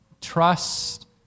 trust